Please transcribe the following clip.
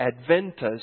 Adventus